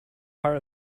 part